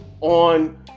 on